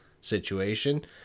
situation